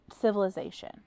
civilization